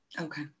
Okay